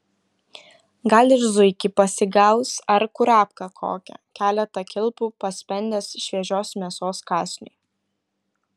gal ir zuikį pasigaus ar kurapką kokią keletą kilpų paspendęs šviežios mėsos kąsniui